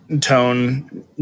tone